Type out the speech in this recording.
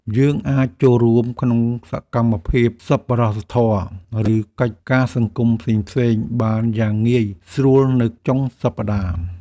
យើងអាចចូលរួមក្នុងសកម្មភាពសប្បុរសធម៌ ឬកិច្ចការសង្គមផ្សេងៗបានយ៉ាងងាយស្រួលនៅចុងសប្តាហ៍។